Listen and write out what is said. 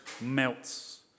melts